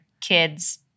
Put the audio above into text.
kids